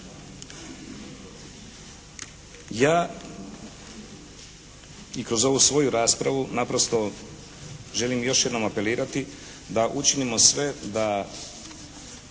Ja i kroz ovu svoju raspravu naprosto želim još jednom apelirati da učinimo sve da